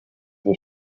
des